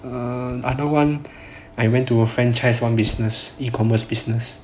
err the other [one] I went to franchise one business e commerce business